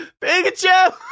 Pikachu